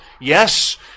yes